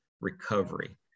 recovery